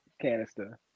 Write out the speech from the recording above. canister